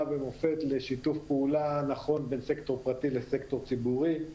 ומופת לשיתוף פעולה נכון בין סקטור פרטי לסקטור ציבורי.